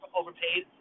overpaid